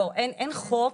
לא, אין חוק.